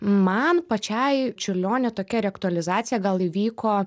man pačiai čiurlionio tokia reaktualizacija gal įvyko